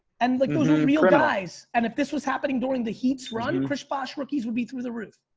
and like, those are real guys. and if this was happening during the heat's run and chris bosh rookies would be through the roof.